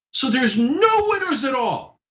so there's no winners at all.